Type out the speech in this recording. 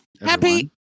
happy